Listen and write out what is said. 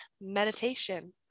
meditation